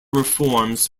reforms